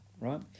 right